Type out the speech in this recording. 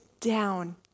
down